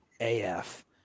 AF